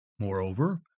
Moreover